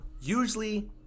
usually